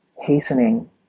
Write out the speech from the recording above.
hastening